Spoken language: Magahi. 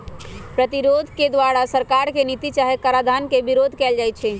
प्रतिरोध के द्वारा सरकार के नीति चाहे कराधान के विरोध कएल जाइ छइ